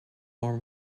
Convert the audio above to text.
war